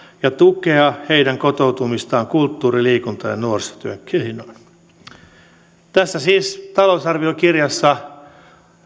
ja tukea heidän kotoutumistaan kulttuuri liikunta ja ja nuorisotyön keinoin siis tässä talousarviokirjassa